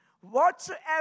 whatsoever